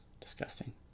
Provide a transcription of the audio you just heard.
Disgusting